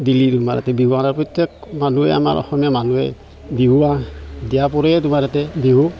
দিলি প্ৰত্যেক মানুহে আমাৰ অসমীয়া মানুহে বিহুৱান দিয়া পৰে তোমাৰ ইয়াতে বিহু